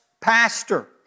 pastor